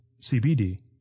CBD